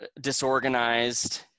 disorganized